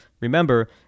Remember